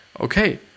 okay